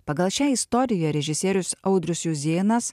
pagal šią istoriją režisierius audrius juzėnas